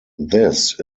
this